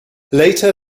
later